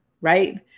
right